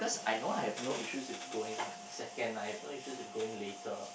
because I know I've no issues with going second I have no issues of going later